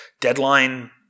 Deadline